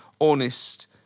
honest